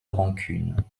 rancune